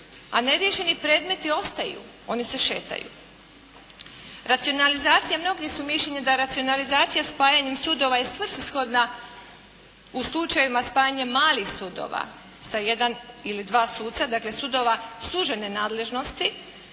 A neriješeni predmeti ostaju. Oni se šetaju. Racionalizacija. Mnogi su mišljenja da racionalizacija spajanjem sudova je svrsishodna u slučajevima spajanja malih sudova sa jedan ili dva suca, dakle sudova sužene nadležnosti,